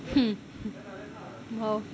house